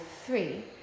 three